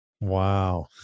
Wow